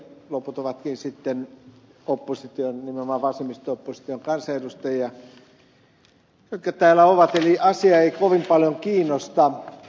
loput ovatkin sitten opposition nimenomaan vasemmisto opposition kansanedustajia jotka täällä ovat eli asia ei kovin paljon kiinnosta